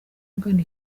ugana